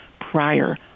prior